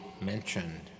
mentioned